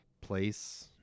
place